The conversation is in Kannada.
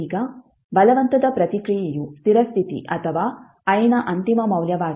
ಈಗ ಬಲವಂತದ ಪ್ರತಿಕ್ರಿಯೆಯು ಸ್ಥಿರ ಸ್ಥಿತಿ ಅಥವಾ i ನ ಅಂತಿಮ ಮೌಲ್ಯವಾಗಿದೆ